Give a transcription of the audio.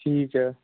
ਠੀਕ ਹੈ